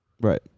Right